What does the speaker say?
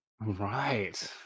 Right